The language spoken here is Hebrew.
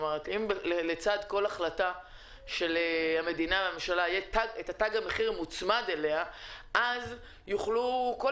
אם לצד כל החלטה של הממשלה יהיה תג מחיר מוצמד אליה אז יוכלו כל